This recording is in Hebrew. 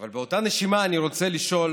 אבל באותה נשימה אני רוצה לשאול: